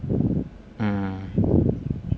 mm